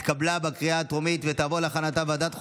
התקבלה בקריאה הטרומית ותעבור להכנתה לוועדת החוקה,